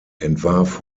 entwarf